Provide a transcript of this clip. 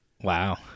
wow